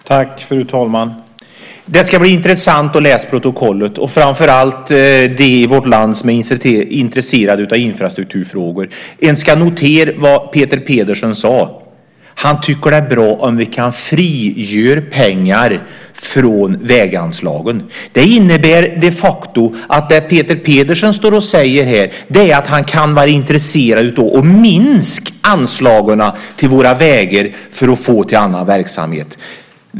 Fru talman! Det ska bli intressant att läsa protokollet, framför allt för de i vårt land som är intresserade av infrastrukturfrågor. Man ska notera vad Peter Pedersen sade. Han tycker att det är bra om vi kan frigöra pengar från väganslagen. Det Peter Pedersen står och säger här är att han kan vara intresserad av att minska anslagen till våra vägar för att få till annan verksamhet.